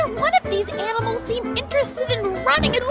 one of these animals seem interested in running and